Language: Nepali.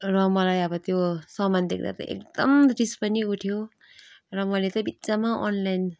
र मलाई अब त्यो सामान देख्दा चाहिँ एकदम रिस पनि उठ्यो र मैले चाहिँ बित्थामा अनलाइन